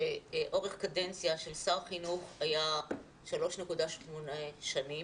שאורך קדנציה של שר חינוך היה 3.8 שנים,